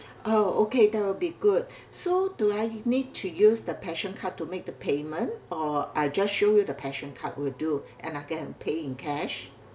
uh okay that will be good so do I need to use the passion card to make the payment or I just show you the passion card will do and I can pay in cash